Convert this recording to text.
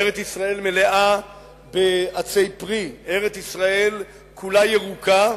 ארץ-ישראל מלאה בעצי פרי, ארץ-ישראל כולה ירוקה.